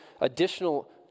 additional